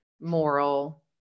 moral